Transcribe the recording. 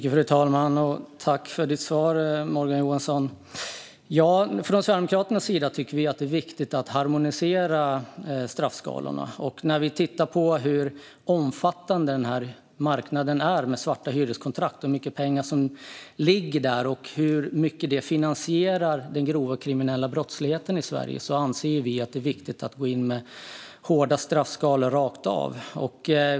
Fru talman! Tack för svaret, Morgan Johansson! Från Sverigedemokraternas sida tycker vi att det är viktigt att harmonisera straffskalorna. När vi ser hur omfattande marknaden med svarta hyreskontrakt är, hur mycket pengar som ligger där och hur mycket det finansierar den grova kriminella brottsligheten i Sverige anser vi att det är viktigt att gå in med hårda straffskalor rakt av.